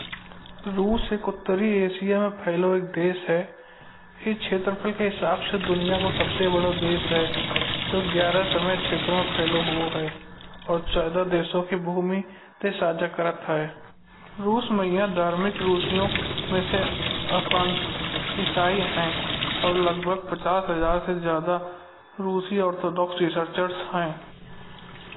रूस एक उत्तरी एशिया में फैलो एक देश है। या क्षेत्रफल के हिसाब से दुनिया को सबसे बड़ा देश है। जो ग्यारह समय क्षेत्रों में फैला हुआ है। और चौदह देशों की भूमि से साझ़ा करत है। रूस माई यहाँ धार्मिक राशियों में से अधिकांश इसाई हय। और लगभग पचास हजार से ज्यादा रिसर्चर ऑर्थोडॉक्स हेंगे।